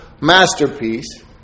masterpiece